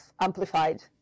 amplified